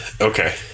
Okay